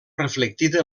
reflectida